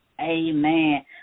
Amen